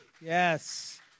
Yes